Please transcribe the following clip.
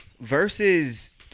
Versus